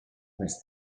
més